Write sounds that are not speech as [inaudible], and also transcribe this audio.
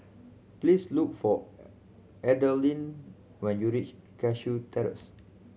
please look for [unintelligible] Adalyn when you reach Cashew Terrace